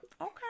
Okay